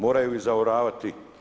Moraju izaoravati.